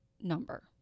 number